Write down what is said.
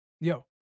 Yo